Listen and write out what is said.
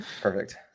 Perfect